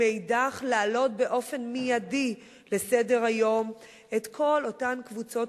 ומאידך להעלות באופן מיידי לסדר-היום את כל אותן קבוצות